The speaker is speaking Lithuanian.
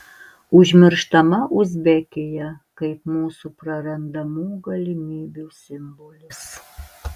užmirštama uzbekija kaip mūsų prarandamų galimybių simbolis